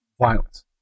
violence